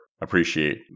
appreciate